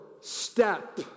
step